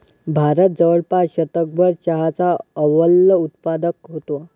भारत जवळपास शतकभर चहाचा अव्वल उत्पादक होता